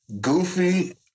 Goofy